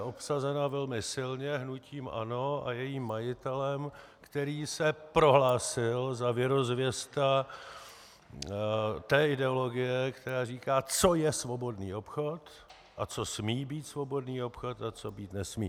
Je obsazena velmi silně hnutím ANO a jejím majitelem , který se prohlásil za věrozvěsta té ideologie, která říká, co je svobodný obchod a co smí být svobodný obchod a co být nesmí.